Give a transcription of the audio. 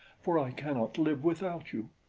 for i cannot live without you.